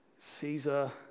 Caesar